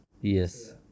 Yes